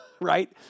right